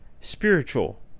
Spiritual